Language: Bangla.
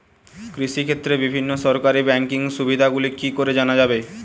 কৃষিক্ষেত্রে বিভিন্ন সরকারি ব্যকিং সুবিধাগুলি কি করে জানা যাবে?